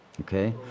Okay